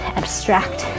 abstract